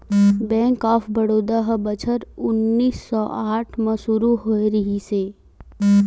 bank of Baroda ह बछर उन्नीस सौ आठ म सुरू होए रिहिस हे